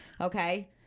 okay